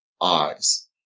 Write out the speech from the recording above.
eyes